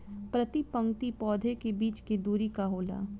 प्रति पंक्ति पौधे के बीच के दुरी का होला?